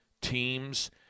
teams